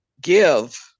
give